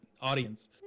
audience